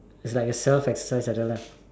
it's like a self exercise like that lah